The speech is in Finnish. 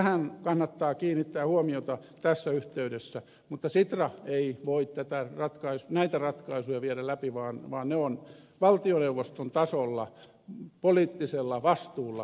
tähän kannattaa kiinnittää huomiota tässä yhteydessä mutta sitra ei voi näitä ratkaisuja viedä läpi vaan ne on valtioneuvoston tasolla poliittisella vastuulla hoidettava